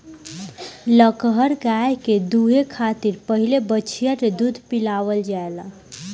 लगहर गाय के दूहे खातिर पहिले बछिया के दूध पियावल जाला